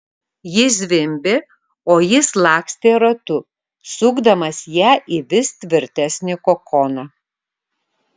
ji zvimbė o jis lakstė ratu sukdamas ją į vis tvirtesnį kokoną